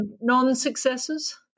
non-successes